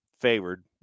favored